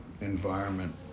environment